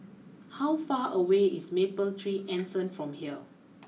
how far away is Mapletree Anson from here